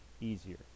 easier